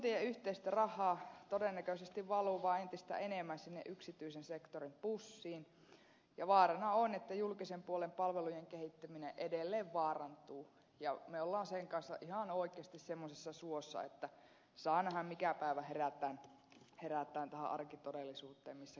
kuntien yhteistä rahaa todennäköisesti valuu vaan entistä enemmän sinne yksityisen sektorin pussiin ja vaarana on että julkisen puolen palvelujen kehittäminen edelleen vaarantuu ja me olemme sen kanssa ihan oikeasti semmoisessa suossa että saa nähdä mikä päivä herätään tähän arkitodellisuuteen missä kentällä eletään